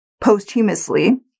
posthumously